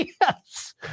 Yes